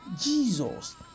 Jesus